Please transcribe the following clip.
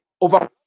over